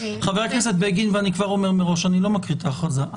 אני אומר מראש: אני לא מקריא את ההכרזה.